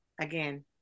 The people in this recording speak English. Again